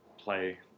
play